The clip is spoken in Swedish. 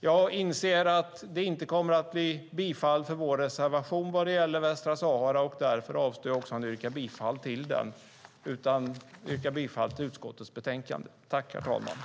Jag inser det inte kommer att bli bifall till vår reservation vad gäller Västsahara. Därför avstår jag också från att yrka bifall till den utan yrkar bifall till förslaget i utskottets betänkande.